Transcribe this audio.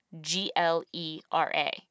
G-L-E-R-A